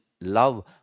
love